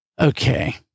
okay